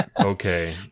Okay